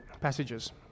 passages